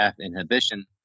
inhibition